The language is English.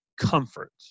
comfort